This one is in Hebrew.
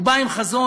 בא עם חזון,